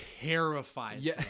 terrifies